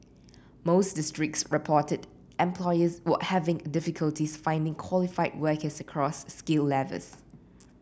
most districts reported employers were having difficulties finding qualified workers across skill levels